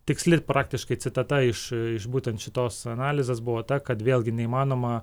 tiksli praktiškai citata iš iš būtent šitos analizės buvo ta kad vėlgi neįmanoma